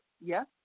Yes